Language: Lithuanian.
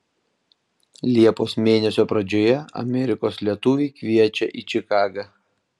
liepos mėnesio pradžioje amerikos lietuviai kviečia į čikagą